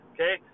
Okay